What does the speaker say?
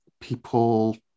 people